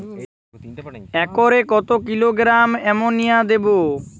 একরে কত kilogram ammonia দেবো?